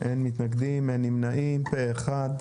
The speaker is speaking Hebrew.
אין מתנגדים, אין נמנעים, פה אחד.